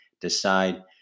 decide